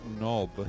knob